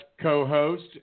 co-host